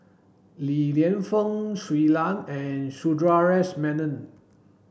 Li Lienfung Shui Lan and Sundaresh Menon